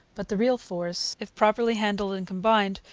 but the real force, if properly handled and combined,